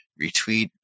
retweet